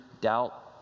doubt